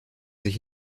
sich